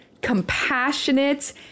compassionate